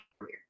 career